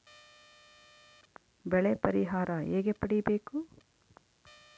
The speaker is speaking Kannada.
ಬೆಳೆ ಪರಿಹಾರ ಹೇಗೆ ಪಡಿಬೇಕು?